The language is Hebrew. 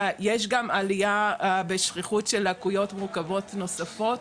יש גם עלייה בשכיחות של לקויות מורכבות נוספות.